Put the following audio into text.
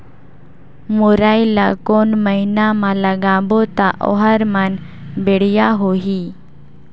मुरई ला कोन महीना मा लगाबो ता ओहार मान बेडिया होही?